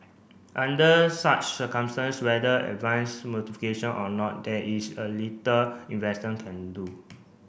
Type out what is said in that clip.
under such circumstance whether advance notification or not there is a little investor can do